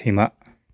सैमा